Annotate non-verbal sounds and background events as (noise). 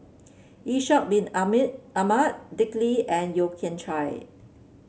Ishak Bin (unintelligible) Ahmad Dick Lee and Yeo Kian Chai